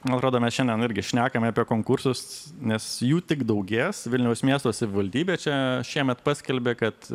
man atrodo mes šiandien irgi šnekam apie konkursus nes jų tik daugės vilniaus miesto savivaldybė čia šiemet paskelbė kad